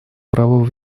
право